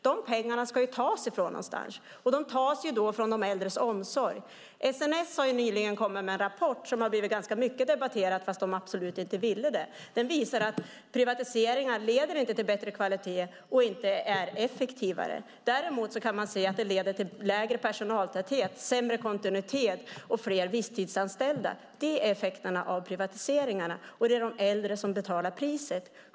Dessa pengar ska tas någonstans ifrån, och de tas från de äldres omsorg. SNS har nyligen kommit med en rapport som har blivit ganska mycket debatterad fast de absolut inte ville det. Den visar att privatiseringar inte leder till bättre kvalitet och att de inte är effektivare. Däremot kan man se att de leder till lägre personaltäthet, sämre kontinuitet och fler visstidsanställda. Det är effekterna av privatiseringarna, och det är de äldre som betalar priset.